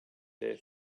bare